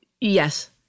Yes